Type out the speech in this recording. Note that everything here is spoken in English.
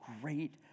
great